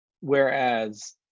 whereas